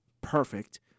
perfect